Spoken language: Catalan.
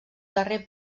darrer